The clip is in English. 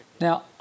Now